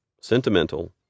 sentimental